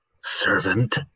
servant